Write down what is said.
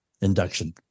induction